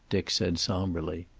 dick said somberly.